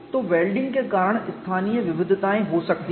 तो वेल्डिंग के कारण स्थानीय विविधताएँ हो सकती हैं